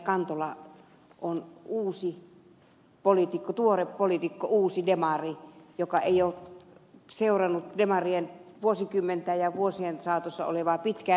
kantola on uusi poliitikko tuore poliitikko uusi demari joka ei ole seurannut demarien vuosikymmenten mittaista ja vuosien saatossa ollutta pitkää linjaa